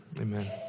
Amen